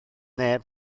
neb